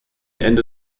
ende